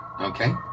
okay